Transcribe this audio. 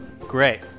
Great